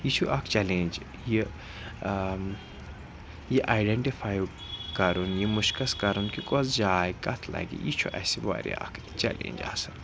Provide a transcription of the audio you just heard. یہِ چھُ اکھ چَلینٛج یہِ آیڈنٹِفاے کَرُن یہِ مُشکَس کَرُن کہِ کۄس جاے کَتھ لَگہِ یہِ چھُ اَسہِ واریاہ اکھ چَلینٛج آسان